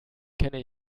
kenne